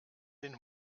den